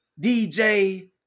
DJ